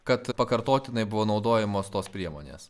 kad pakartotinai buvo naudojamos tos priemonės